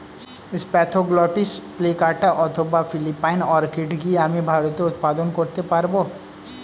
Spathoglottis plicata অথবা Philippine orchid কি আমি ভারতে উৎপাদন করতে পারবো?